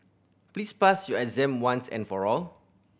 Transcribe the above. please pass your exam once and for all